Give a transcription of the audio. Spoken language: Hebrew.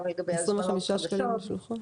גם לגבי הזמנות חדשות.